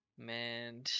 Man